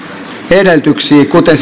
edellytyksistä kuten